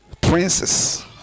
Princes